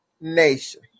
nation